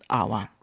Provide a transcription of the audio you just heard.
agua.